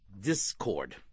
discord